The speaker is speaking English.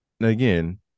again